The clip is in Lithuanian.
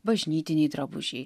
bažnytiniai drabužiai